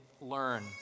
learn